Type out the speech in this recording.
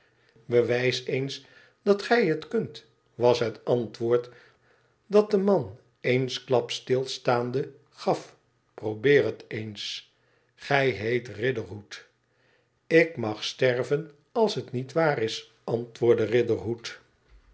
bewijs eens dat gij het kunt was het antwoord dat de man eensklaps stilstaande gaf i probeer het eens gij heet riderhood ik mag sterven als het niet waar is antwoordde